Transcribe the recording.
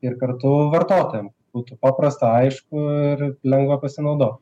ir kartu vartotojam būtų paprasta aišku ir lengva pasinaudot